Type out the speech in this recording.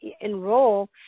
enroll